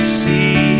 see